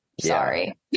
sorry